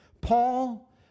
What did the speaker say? Paul